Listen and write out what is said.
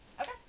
okay